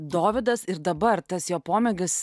dovydas ir dabar tas jo pomėgis